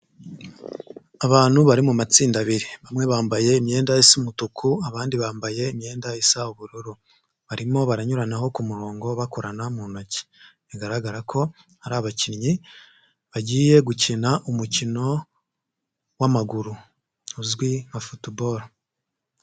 Abantu bari mu matsinda abiri, bamwe bambaye imyenda umutuku, abandi bambaye imyenda isa ubururu, barimo baranyuranaho kumurongo bakorana mu ntoki, bigaragara ko ari abakinnyi, bagiye gukina umukino wamaguru uzwi nka football.